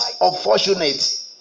unfortunate